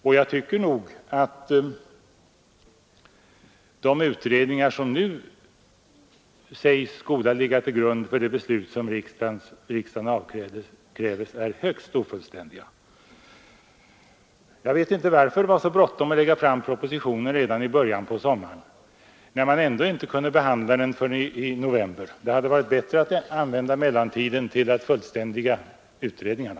Och jag tycker nog att de utredningar som nu skall ligga till grund för det beslut som riksdagen avkräves är högst ofullständiga. Jag vet inte varför det var så bråttom att lägga fram propositionen redan i början på sommaren, när man ändå inte kunde behandla den förrän i november. Det hade varit bättre att använda mellantiden till att fullständiga utredningarna.